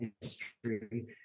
history